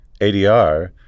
ADR